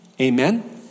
Amen